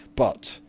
but,